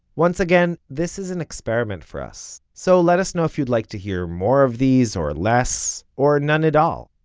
once again, this is an experiment for us, so let us know if you'd like to hear more of these, or less, or none at all.